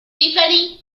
tiffany